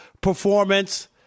performance